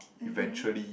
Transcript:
mmhmm